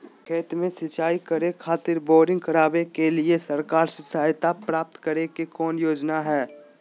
खेत में सिंचाई करे खातिर बोरिंग करावे के लिए सरकार से सहायता प्राप्त करें के कौन योजना हय?